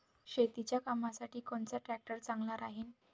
शेतीच्या कामासाठी कोनचा ट्रॅक्टर चांगला राहीन?